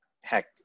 heck